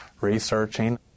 researching